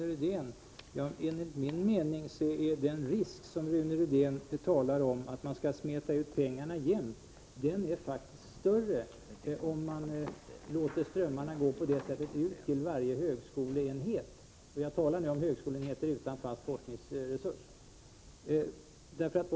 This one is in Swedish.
Herr talman! Enligt min mening är den risk som Rune Rydén talar om — att man skall smeta ut pengarna jämnt — faktiskt större om man låter strömmarna gå ut till varje högskoleenhet. Jag talar nu om högskoleenheter utan fast forskningsresurs.